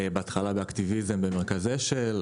בהתחלה באקטיביזם במרכז אשל,